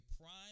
prime